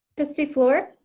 trustee fluor.